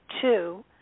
two